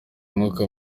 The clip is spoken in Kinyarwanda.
umwuka